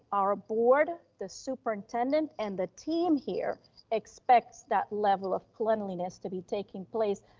our board, the superintendent, and the team here expects that level of cleanliness to be taking place,